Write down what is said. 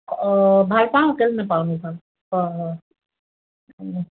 অঁ ভাল পাওঁ কেলে নাপাওঁ অঁ